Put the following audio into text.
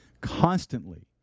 Constantly